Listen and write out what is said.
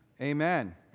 amen